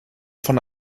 von